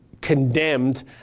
condemned